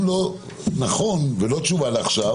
לא נכון שיהיה גורם משפטי כבר בהתחלה